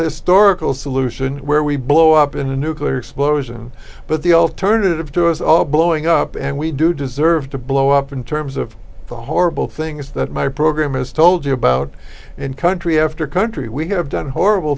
historical solution where we blow up in a nuclear explosion but the alternative to us all blowing up and we do deserve to blow up in terms of the horrible things that my program has told you about in country after country we have done horrible